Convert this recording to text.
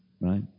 right